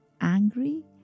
angry